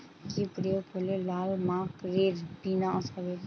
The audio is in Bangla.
কি প্রয়োগ করলে লাল মাকড়ের বিনাশ হবে?